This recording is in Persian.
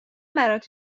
برات